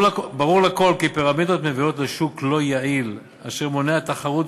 ברור לכול כי פירמידות מביאות לשוק לא יעיל אשר מונע תחרות,